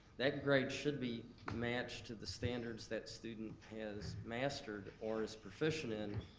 that grade should be matched to the standards that student has mastered or is proficient in,